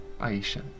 Aisha